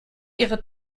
ihre